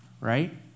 right